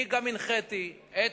אני גם הנחיתי את